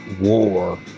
War